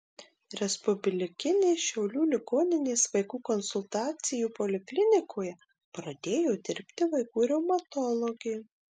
respublikinės šiaulių ligoninės vaikų konsultacijų poliklinikoje pradėjo dirbti vaikų reumatologė